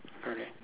correct